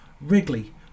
Wrigley